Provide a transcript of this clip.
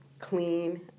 clean